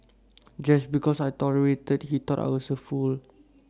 just because I tolerated he thought I was A fool